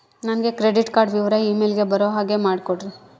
ನನಗೆ credit card ವಿವರ email ಗೆ ಬರೋ ಹಾಗೆ ಮಾಡಿಕೊಡ್ರಿ?